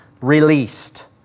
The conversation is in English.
released